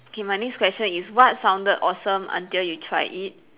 K my next question is what sounded awesome until you tried it